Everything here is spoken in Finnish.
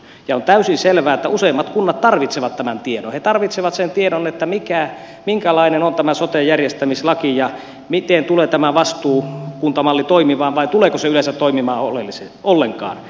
on täysin selvää että useimmat kunnat tarvitsevat tämän tiedon he tarvitsevat sen tiedon minkälainen on tämä sote järjestämislaki ja miten tulee tämä vastuukuntamalli toimimaan vai tuleeko se toimimaan yleensä ollenkaan